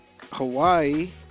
Hawaii